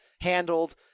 handled